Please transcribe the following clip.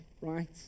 right